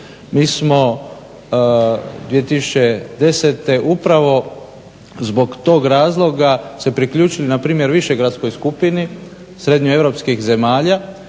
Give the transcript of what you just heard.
Mi smo 2010.upravo zbog tog razloga se priključili npr. višegradskoj skupini srednjeeuropskih zemalja